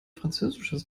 französisches